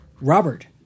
Robert